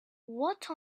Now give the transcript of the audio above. what